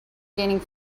gaining